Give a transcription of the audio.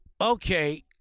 Okay